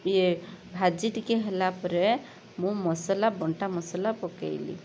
ଇଏ ଭାଜି ଟିକେ ହେଲାପରେ ମୁଁ ମସଲା ବଣ୍ଟା ମସଲା ପକାଇଲି